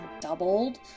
doubled